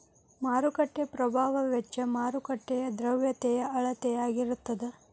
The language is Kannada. ಮಾರುಕಟ್ಟೆ ಪ್ರಭಾವ ವೆಚ್ಚ ಮಾರುಕಟ್ಟೆಯ ದ್ರವ್ಯತೆಯ ಅಳತೆಯಾಗಿರತದ